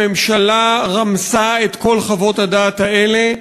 הממשלה רמסה את כל חוות הדעת האלה,